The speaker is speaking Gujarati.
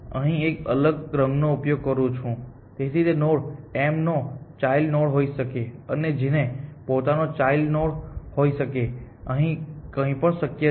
તેથી તે નોડ m નો ચાઈલ્ડ નોડ હોઈ શકે છે અને જેને પોતાના ચાઈલ્ડ નોડ હોઈ શકે છે અહીં કંઈ પણ શક્ય છે